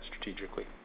strategically